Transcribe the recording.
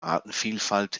artenvielfalt